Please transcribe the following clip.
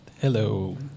Hello